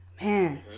man